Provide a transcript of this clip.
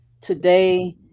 today